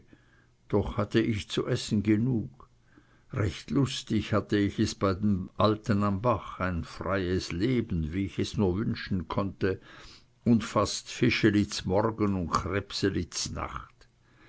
doch hatte ich zu essen genug recht lustig hatte ich es bei den alten am bach ein freies leben wie ich es nur wünschen konnte und fast fischeli z'morgen und krebseli z'nacht